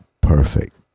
perfect